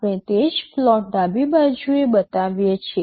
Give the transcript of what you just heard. આપણે તે જ પ્લોટ ડાબી બાજુ બતાવીએ છીએ